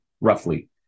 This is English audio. roughly